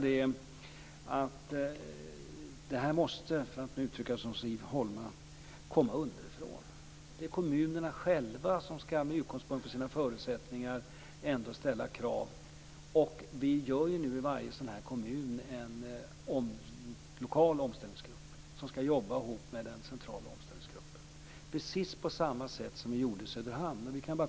Detta måste - för att uttrycka mig som Siv Holma - komma underifrån. Det är kommunerna själva som med utgångspunkt från sina förutsättningar ska ställa krav. I varje kommun finns det nu en lokal omställningsgrupp som ska jobba ihop med den centrala omställningsgruppen, precis på samma sätt som vi gjorde i Söderhamn.